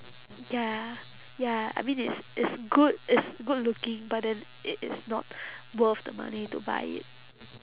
ya ya I mean it's it's good it's good looking but then it is not worth the money to buy it